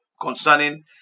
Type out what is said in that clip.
concerning